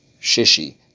Shishi